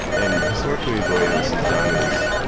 and historically, the way this is done is